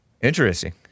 Interesting